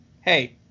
hey